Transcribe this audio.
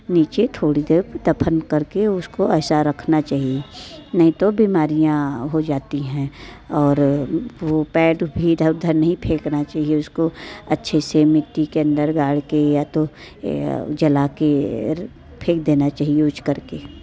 निचे थोड़ी देर दफ़न कर के उसको ऐसा रखना चाहिए नहीं तो बीमारियां हो जाती हैं और वो पेड इधर उधर नहीं फेंकना चाहिए उसको अच्छे से मिट्टी के अंदर गाड़ के या तो जला के फेंक देना चाहिए यूज कर के